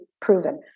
proven